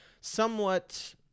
somewhat